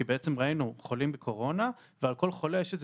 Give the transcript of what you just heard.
כי בעצם ראינו חולים בקורונה ועל כל חולה יש איזה